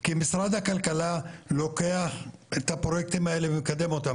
כי משרד הכלכלה לוקח את הפרויקטים האלה ומקדם אותם,